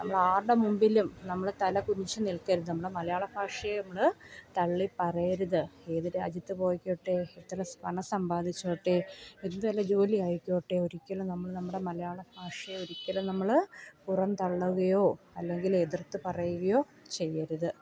നമ്മൾ ആരുടെ മുൻപിലും നമ്മൾ തല കുനിച്ചു നിൽക്കരുത് നമ്മളുറ്റെ മലയാള ഭാഷയെ നമ്മൾ തള്ളി പറയരുത് ഏതു രാജ്യത്ത് പോയിക്കോട്ടെ എത്ര സ് പണം സമ്പാദിച്ചോട്ടെ എന്തു തരം ജോലി ആയിക്കോട്ടെ ഒരിക്കലും നമ്മൾ നമ്മുടെ മലയാള ഭാഷയെ ഒരിക്കലും നമ്മൾ പുറം തള്ളുകയോ അല്ലെങ്കിലെതിർത്തു പറയുകയോ ചെയ്യരുത്